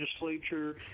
legislature –